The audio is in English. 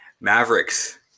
Mavericks